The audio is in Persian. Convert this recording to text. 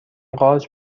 قارچ